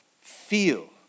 feel